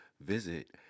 visit